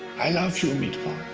i love you, meatball.